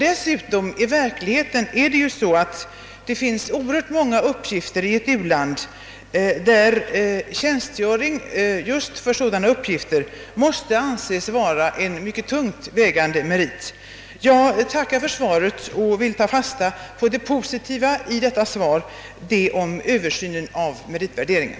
Dessutom är det i verkligheten så att det finns oerhört många uppgifter i ett uland, där tjänstgöring för sådana måste anses vara en mycket tungt vägande merit. Jag tackar för svaret och vill som sagt ta fasta på det positiva i detta svar, det om översynen av meritvärderingar.